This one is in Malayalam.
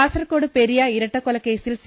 കാസർകോട് പെരിയ ഇര ട്ട ക്കൊ ല ക്കേ സിൽ സി